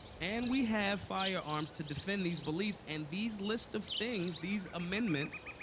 and we have firearms to defend these beliefs, and these list of things, these amendments,